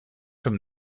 from